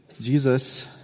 Jesus